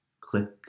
click